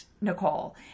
Nicole